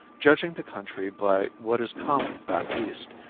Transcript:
judging the country by what is common back east,